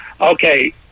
Okay